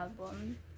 album